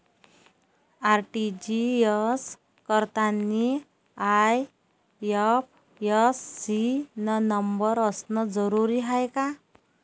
RTGS करतांनी IFSC न number असनं जरुरीच हाय का?